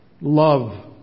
Love